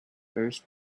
first